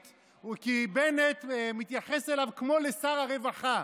כי בנט מתייחס אליו כמו לשר הרווחה.